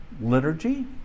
liturgy